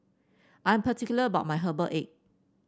I am particular about my Herbal Egg